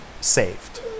saved